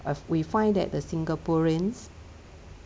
as we find that the singaporeans